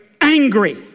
angry